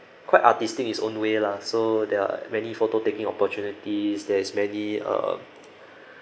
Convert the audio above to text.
quite artistic in its own way lah so there are many photo taking opportunities there is many um